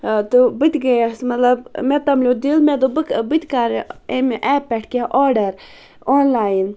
تہٕ بہٕ تہِ گٔیَس مطلب مےٚ تَملیو دِل مےٚ دوٚپ بہٕ تہِ کرٕ اَمہِ ایپ پٮ۪ٹھ کیٚنہہ آرڈر آن لاین